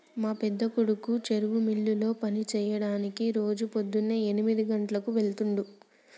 మా పెద్దకొడుకు చెరుకు మిల్లులో పని సెయ్యడానికి రోజు పోద్దున్నే ఎనిమిది గంటలకు వెళ్తుండు